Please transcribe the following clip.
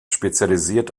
spezialisiert